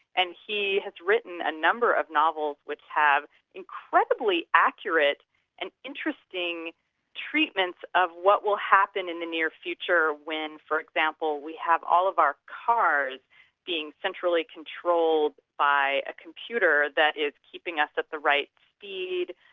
and he has written a number of novels which have incredibly accurate and interesting treatments of what will happen in the near future when for example we have all of our cars being centrally controlled by a computer that is keeping us at the right speed,